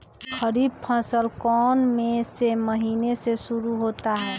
खरीफ फसल कौन में से महीने से शुरू होता है?